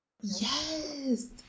Yes